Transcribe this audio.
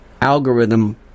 algorithm